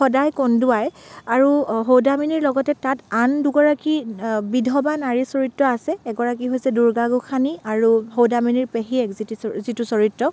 সদায় কন্দুৱাই আৰু সৌদামিনীৰ লগতে তাত আন দুগৰাকী বিধৱা নাৰী চৰিত্ৰ আছে এগৰাকী হৈছে দুৰ্গাগোসাঁনী আৰু সৌদামিনীৰ পেহীয়েক যিতি চৰি যিটো চৰিত্ৰ